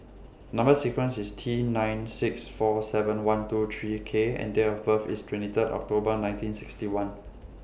Number sequence IS T nine six four seven one two three K and Date of birth IS twenty Third October nineteen sixty one